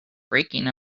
breaking